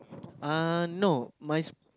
uh no my s~